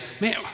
man